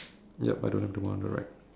yup I don't have the one on the right